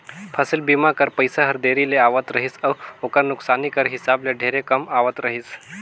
फसिल बीमा कर पइसा हर देरी ले आवत रहिस अउ ओकर नोसकानी कर हिसाब ले ढेरे कम आवत रहिस